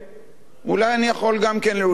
אולי אני יכול גם כן לרצות יותר.